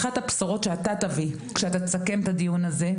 אחת הבשורות שאתה תביא בסיכום הדיון הזה,